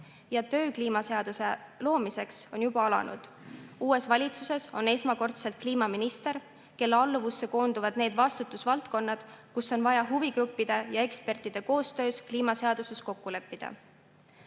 ja töö kliimaseaduse loomiseks on juba alanud. Uues valitsuses on esmakordselt kliimaminister, kelle alluvusse koonduvad need vastutusvaldkonnad, kus on vaja huvigruppide ja ekspertide koostöös kliimaseaduses kokku leppida.